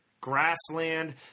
grassland